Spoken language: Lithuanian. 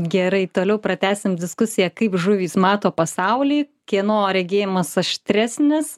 gerai toliau pratęsim diskusiją kaip žuvys mato pasaulį kieno regėjimas aštresnis